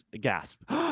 gasp